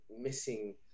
missing